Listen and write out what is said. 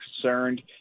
concerned